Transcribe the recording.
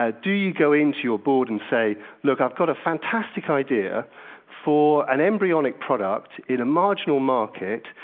ah do you go into your board and say, look, i've got a fantastic idea for an embryonic product in a marginal market,